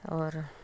ਔਰ